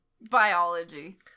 Biology